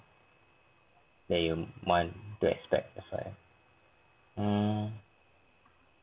they want to expect that's why um